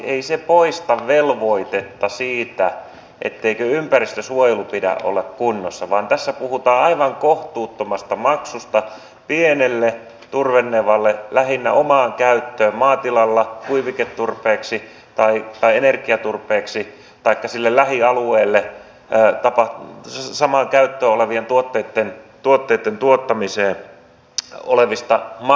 ei se poista velvoitetta siitä etteikö ympäristönsuojelun pidä olla kunnossa vaan tässä puhutaan aivan kohtuuttomasta maksusta pienelle turvenevalle lähinnä omaan käyttöön maatilalla kuiviketurpeeksi tai energiaturpeeksi taikka sille lähialueelle samaan käyttöön tulevien tuotteitten tuottamiseen tulevista maksuista